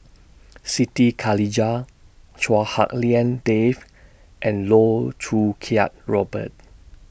Siti Khalijah Chua Hak Lien Dave and Loh Choo Kiat Robert